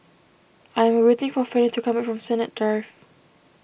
I am waiting for Fanny to come back from Sennett Drive